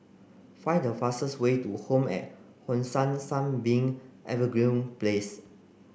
find the fastest way to Home at Hong San Sunbeam Evergreen Place